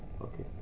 Okay